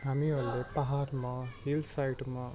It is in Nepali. हामीहरूले पाहाडमा हिल साइडमा